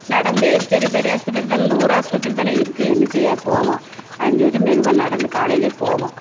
நடந்து சரி பெரியாஸ்பத்திரி தானே இந்த ஒரு ஹாஸ்பத்திரி தானே இருக்குது என்ன செய்ய போவோம் அப்படின்னு சொல்லிட்டு மெதுவாக நடந்து காலையிலேயே போவோம்